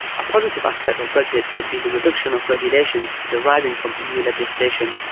a positive aspect of brexit could be the reduction of regulations deriving from eu legislation,